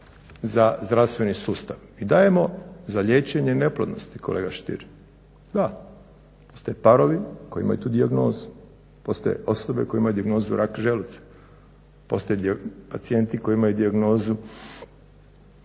za zdravstveni sustav i dajemo za liječenje neplodnosti kolega Stier. Da, postoje parovi koji imaju ti dijagnozu. Postoje osobe koje imaju dijagnozu rak želuca. Postoje pacijenti koji imaju dijagnozu